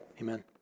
amen